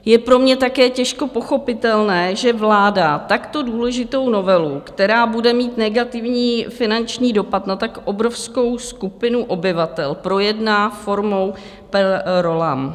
Je pro mě také těžko pochopitelné, že vláda takto důležitou novelu, která bude mít negativní finanční dopad na tak obrovskou skupinu obyvatel, projedná formou per rollam.